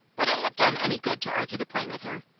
would it have done any good to argue the point with her?